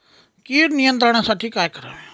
कीड नियंत्रणासाठी काय करावे?